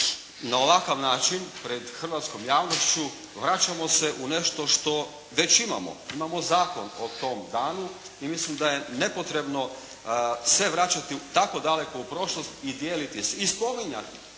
na ovakav način pred hrvatskom javnošću vraćamo se u nešto što već imamo. Imamo zakon o tom danu i mislim da je nepotrebno se vraćati tako daleko u prošlost i dijeliti se